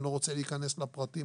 אני לא רוצה להיכנס לפרטים,